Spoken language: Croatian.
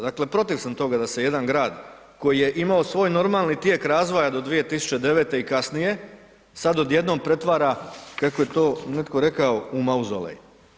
Dakle protiv sam toga da se jedan grad koji je imao svoj normalni tijek razvoja do 2009. i kasnije sad odjednom pretvara kako je to netko rekao u mauzolej.